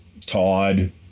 todd